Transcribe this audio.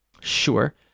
Sure